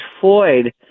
Floyd